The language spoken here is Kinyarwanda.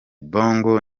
bongo